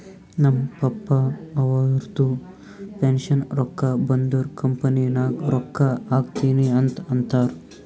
ನಮ್ ಪಪ್ಪಾ ಅವ್ರದು ಪೆನ್ಷನ್ ರೊಕ್ಕಾ ಬಂದುರ್ ಕಂಪನಿ ನಾಗ್ ರೊಕ್ಕಾ ಹಾಕ್ತೀನಿ ಅಂತ್ ಅಂತಾರ್